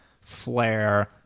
flare